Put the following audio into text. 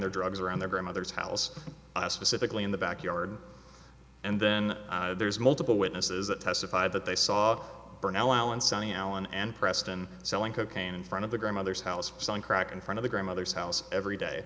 their drugs around their grandmother's house specifically in the backyard and then there's multiple witnesses that testified that they saw bernal allen sonny allen and preston selling cocaine in front of the grandmother's house selling crack in front of the grandmother's house every day